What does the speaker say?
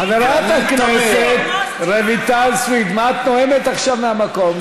חברת הכנסת רויטל סויד, מה את נואמת עכשיו מהמקום?